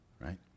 Right